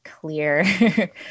clear